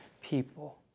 people